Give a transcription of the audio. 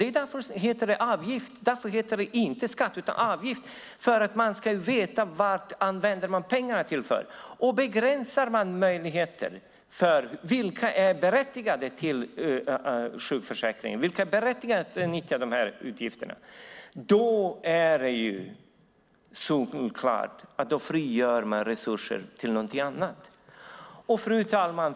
Det heter inte skatt utan avgift för att man ska veta vad pengarna används till. Begränsar man vilka som är berättigade att utnyttja de utgifterna är det solklart att man frigör resurser till något annat. Fru talman!